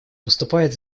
выступает